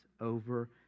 over